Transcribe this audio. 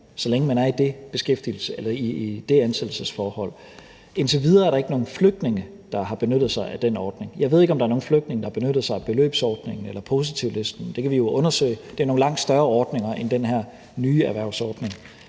eller i det ansættelsesforhold. Indtil videre er der ikke nogen flygtninge, der har benyttet sig af den ordning. Jeg ved ikke, om der er nogen flygtninge, der har benyttet sig af beløbsordningen eller positivlisten, men det kan vi jo undersøge. Det er jo nogle langt større ordninger end den her nye erhvervsordning.